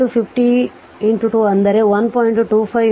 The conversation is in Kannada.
25 10 ರ ಪವರ್ 3 ಜೌಲ್